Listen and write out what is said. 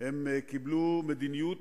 הם קיבלו מדיניות